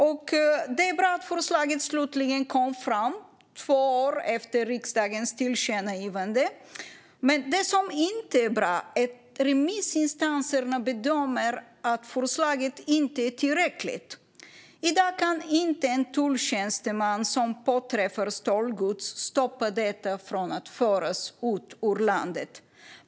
Det är bra att förslaget slutligen kom fram, två år efter riksdagens tillkännagivande. Det som inte är bra är att remissinstanserna bedömer att förslaget inte är tillräckligt. I dag kan en tulltjänsteman som påträffar stöldgods inte stoppa detta från att föras ut ur landet.